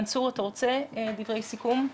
מנסור, אתה רוצה דברי סיכום?